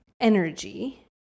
energy